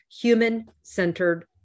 human-centered